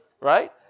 right